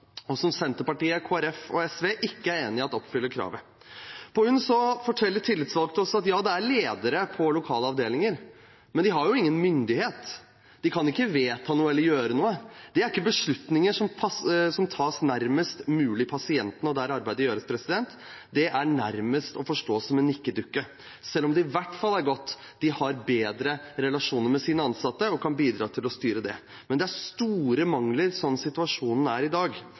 og som Senterpartiet, Kristelig Folkeparti og SV ikke er enig i at oppfyller kravet. På UNN forteller tillitsvalgte oss at ja, det er ledere på lokale avdelinger, men de har ingen myndighet. De kan ikke vedta noe eller gjøre noe – det er ikke beslutninger som tas nærmest mulig pasientene og der arbeidet gjøres. De er nærmest å forstå som nikkedukker, selv om det i hvert fall er godt at de har bedre relasjoner med sine ansatte og kan bidra til å styre det. Men det er store mangler ved situasjonen slik den er i dag.